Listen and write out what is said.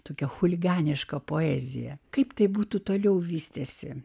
tokia chuliganiška poezija kaip tai būtų toliau vystėsi